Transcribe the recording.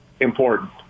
important